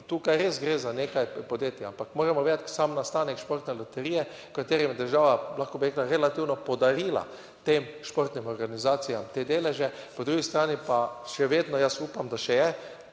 tukaj res gre za nekaj podjetij, ampak moramo vedeti, sam nastanek Športne loterije v katerem je država bi lahko bi rekla, relativno podarila tem športnim organizacijam te deleže, po drugi strani pa še vedno, jaz upam, da še je